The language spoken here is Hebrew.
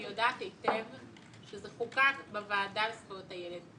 אני יודעת היטב שזה חוקק בוועדה לזכויות הילד.